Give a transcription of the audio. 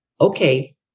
okay